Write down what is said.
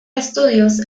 estudios